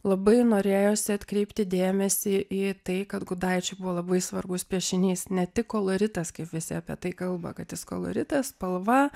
labai norėjosi atkreipti dėmesį į tai kad gudaičiui buvo labai svarbus piešinys ne tik koloritas kaip visi apie tai kalba kad jis koloritas spalva